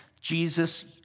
Jesus